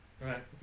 Right